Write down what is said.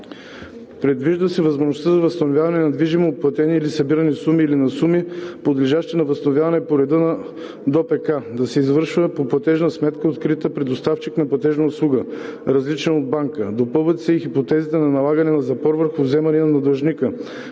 Предвижда се възможност за възстановяване на недължимо платени или събрани суми или на суми, подлежащи на възстановяване по реда на ДОПК да се извършва по платежна сметка, открита при доставчик на платежни услуги, различен от банка. Допълват се и хипотезите на налагане на запор върху вземания на длъжника,